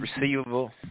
receivable